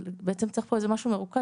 אבל בעצם צריך פה איזה משהו מרוכז,